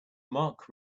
mark